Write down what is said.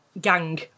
gang